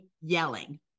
yelling